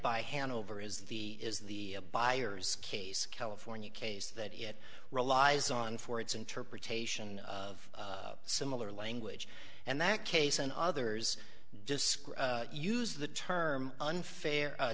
by hanover is the is the buyer's case california case that it relies on for its interpretation of similar language and that case and others just screw use the term unfair